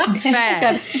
Fair